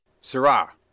Sirrah